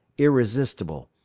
irresistible.